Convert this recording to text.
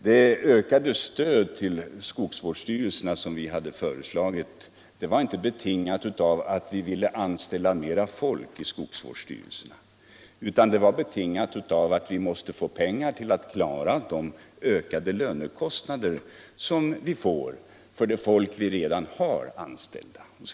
Det ökade stöd till skogsvårdsstyrelserna som vi har föreslagit är inte betingat av att vi vill anställa mera folk vid skogsvårdsstyrelserna utan av att vi måste få pengar för att klara de ökade lönekostnader som vi får för de redan anställda där.